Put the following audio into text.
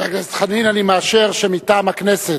חבר הכנסת חנין, אני מאשר שמטעם הכנסת,